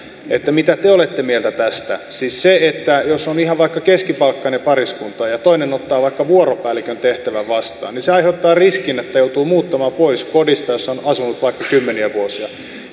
mitä te olette mieltä tästä siis se että on ihan vaikka keskipalkkainen pariskunta ja ja toinen ottaa vaikka vuoropäällikön tehtävän vastaan aiheuttaa riskin että joutuu muuttamaan pois kodista jossa on asunut vaikka kymmeniä vuosia